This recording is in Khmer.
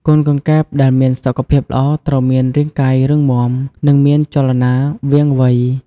កូនកង្កែបដែលមានសុខភាពល្អត្រូវមានរាងកាយរឹងមាំ និងមានចលនាវាងវៃ។